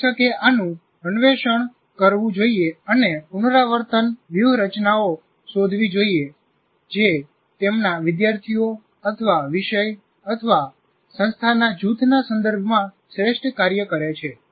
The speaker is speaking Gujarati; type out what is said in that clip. શિક્ષકે આનું અન્વેષણ કરવું જોઈએ અને પુનરાવર્તન વ્યૂહરચનાઓ શોધવી જોઈએ જે તેમના વિદ્યાર્થીઓ વિષય સંસ્થાના જૂથના સંદર્ભમાં શ્રેષ્ઠ કાર્ય કરે છે